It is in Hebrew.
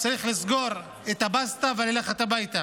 הוא צריך לסגור את הבסטה וללכת הביתה.